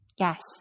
Yes